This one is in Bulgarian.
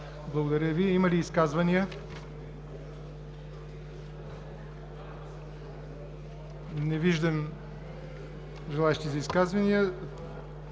Благодаря Ви. Има ли изказвания? Не виждам желаещи за изказвания.